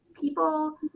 People